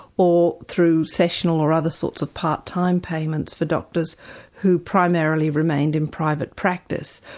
or through sessional or other sorts of part-time payments for doctors who primarily remained in private practice.